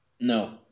No